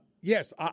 yes